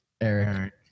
Eric